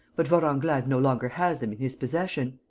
but vorenglade no longer has them in his possession.